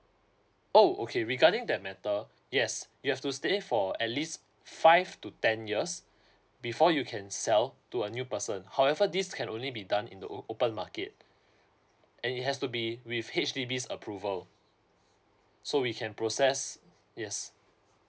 oh okay regarding that matter yes you have to stay in for at least five to ten years before you can sell to a new person however this can only be done in the o~ open market and it has to be with H_D_B's approval so we can process yes